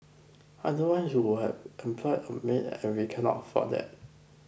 otherwise you would have employ a maid and we cannot afford that